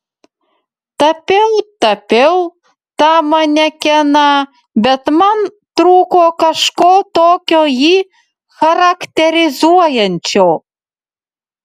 tapiau tapiau tą manekeną bet man trūko kažko tokio jį charakterizuojančio